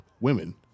women